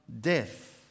death